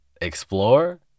explore